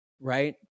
right